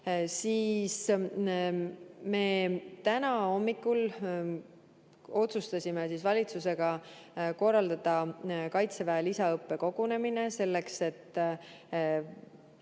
siis me täna hommikul otsustasime valitsusega korraldada Kaitseväe lisaõppekogunemise selleks, et